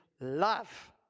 love